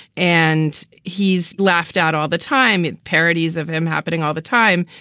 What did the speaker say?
and he's laughed out all the time, parodies of him happening all the time.